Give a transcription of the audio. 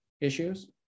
issues